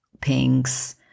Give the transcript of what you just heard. pinks